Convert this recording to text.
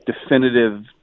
definitive